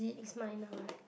is mine now right